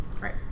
right